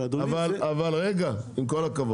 אבל, אדוני --- רגע, עם כל הכבוד.